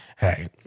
Hey